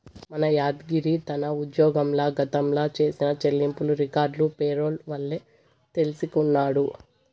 మన యాద్గిరి తన ఉజ్జోగంల గతంల చేసిన చెల్లింపులు రికార్డులు పేరోల్ వల్లే తెల్సికొన్నాడు